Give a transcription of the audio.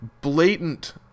blatant